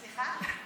סליחה?